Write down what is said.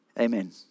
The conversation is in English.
amen